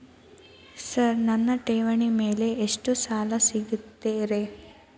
Sir ನನ್ನ ಠೇವಣಿ ಮೇಲೆ ಎಷ್ಟು ಸಾಲ ಸಿಗುತ್ತೆ ರೇ?